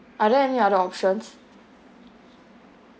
are there any other options